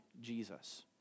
Jesus